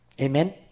Amen